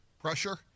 pressure